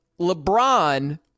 LeBron